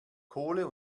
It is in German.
kohle